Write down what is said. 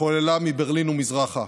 התחוללה מברלין ומזרחה,